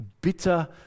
bitter